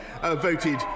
voted